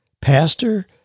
pastor